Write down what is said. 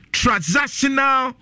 transactional